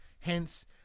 Hence